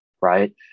right